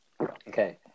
Okay